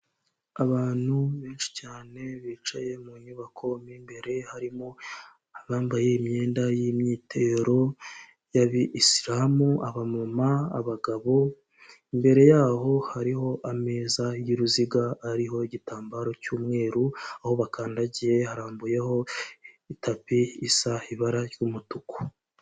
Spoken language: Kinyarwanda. Abantu benshi cyane bicaye mu nyubako b'imbere harimo abambaye imyenda y'imyitero y'abisilamu abamama, abagabo imbere yaho hariho ameza y'uruziga ariho igitambaro cy'umweru aho bakandagiye harambuyeho itapi isaha ibara ry'umutuku.